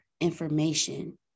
information